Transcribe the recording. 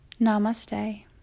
Namaste